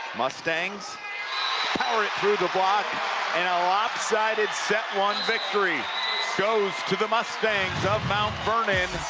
mustangs power it through the block and a lopsided set one victory goes to the mustangs of mount vernon,